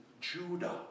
Judah